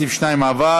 סעיף 2 עבר.